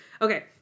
Okay